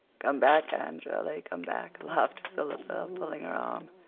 come back, anne shirley come back, laughed philippa, pulling her arm.